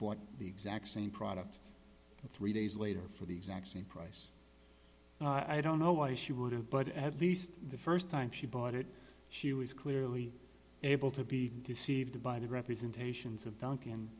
bought the exact same product three days later for the exact same price i don't know why she would have but at least the st time she bought it she was clearly able to be deceived by the representations of duncan